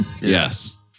Yes